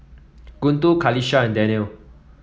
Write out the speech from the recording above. Guntur Qalisha and Daniel